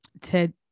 Ted